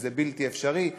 שזה בלתי אפשרי,